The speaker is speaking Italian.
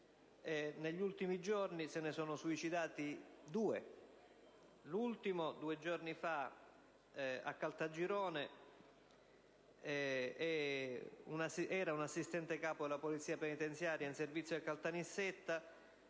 Negli ultimi giorni se ne sono suicidati due, l'ultimo due giorni fa a Caltagirone: era un assistente capo della Polizia penitenziaria in servizio a Caltanissetta,